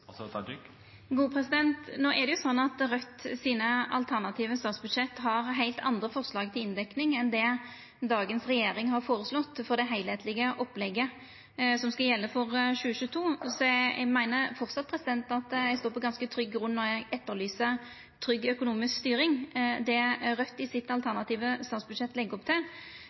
er det jo sånn at Raudt sine alternative statsbudsjett har heilt andre forslag til inndekning enn det dagens regjering har føreslått for det heilskaplege opplegget som skal gjelda for 2022. Eg meiner framleis at eg står på ganske trygg grunn når eg etterlyser trygg økonomisk styring. Det Raudt i sitt alternative statsbudsjett legg opp til,